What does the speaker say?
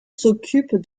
s’occupe